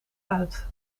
uit